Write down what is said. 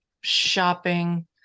shopping